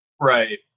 Right